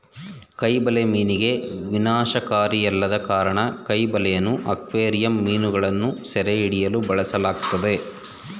ಕೈ ಬಲೆ ಮೀನಿಗೆ ವಿನಾಶಕಾರಿಯಲ್ಲದ ಕಾರಣ ಕೈ ಬಲೆಯನ್ನು ಅಕ್ವೇರಿಯಂ ಮೀನುಗಳನ್ನು ಸೆರೆಹಿಡಿಯಲು ಬಳಸಲಾಗ್ತದೆ